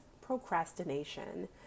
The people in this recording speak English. procrastination